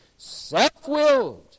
self-willed